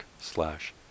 slash